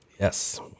Yes